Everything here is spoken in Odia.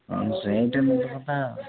ହଁ ସେ ଟାଇମ୍ କଥା